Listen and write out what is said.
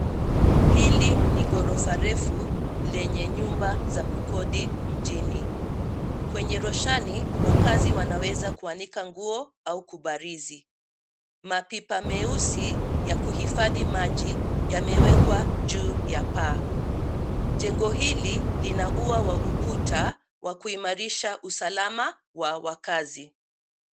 Hili ni ghorofa refu, lenye nyumba za kukodi mjini. Kwenye roshani wakazi wanaweza kuanika nguo, au kubarizi. Mapipa meusi ya kuhifadhi maji yamewekwa juu ya paa. Jengo hili lina ua wa ukuta wa kuimarisha usalama wa wakazi.